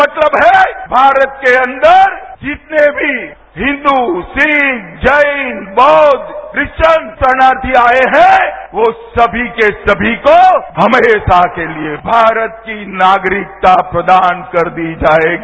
मतलब है भारत के अंदर जितने भी हिन्दू सिख जैन बौद क्रिस्चन शरणार्थी आए हैं वो सभी के सभी को हमेशा के लिए भारत की नागरिकता प्रदान कर दी जाएगी